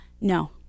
No